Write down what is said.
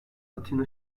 atina